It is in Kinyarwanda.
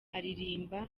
aririmba